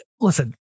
listen